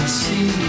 see